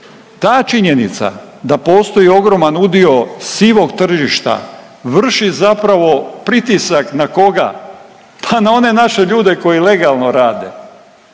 ta činjenica da postoji ogroman udio sivog tržišta vrši zapravo pritisak na koga, pa na one naše ljudi koji legalno rade.